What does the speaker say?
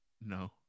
No